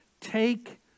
Take